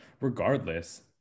Regardless